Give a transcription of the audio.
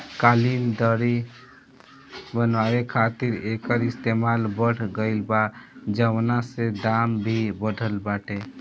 कालीन, दर्री बनावे खातिर एकर इस्तेमाल बढ़ गइल बा, जवना से दाम भी बढ़ल बाटे